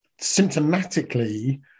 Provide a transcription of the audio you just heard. symptomatically